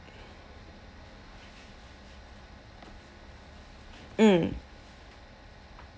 mm